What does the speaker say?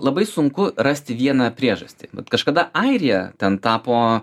labai sunku rasti vieną priežastį bet kažkada airija ten tapo